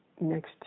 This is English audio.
next